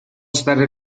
stare